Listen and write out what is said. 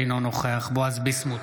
אינו נוכח בועז ביסמוט,